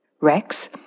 Rex